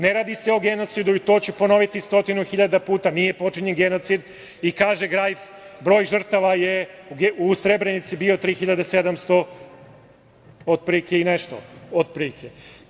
Ne radi se o genocidu, i to ću ponoviti stotinu hiljada puta, nije počinjen genocid i, kaže Grajf, broj žrtava u Srebrenici je bio 3.700 i nešto, otprilike.